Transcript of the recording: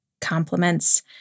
compliments